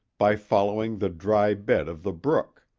by following the dry bed of the brook.